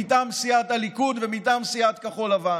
מטעם סיעת הליכוד ומטעם סיעת כחול לבן.